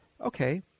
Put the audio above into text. okay